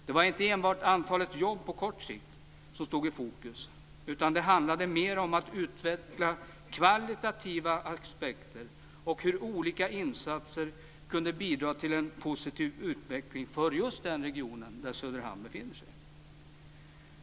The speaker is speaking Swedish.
Det var inte enbart antalet jobb på kort sikt som stod i fokus, utan det handlade mer om att utveckla kvalitativa aspekter och om hur olika insatser kunde bidra till en positiv utveckling för just den region där Söderhamn befinner sig.